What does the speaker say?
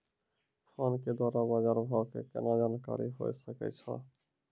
Phone के द्वारा बाज़ार भाव के केना जानकारी होय सकै छौ?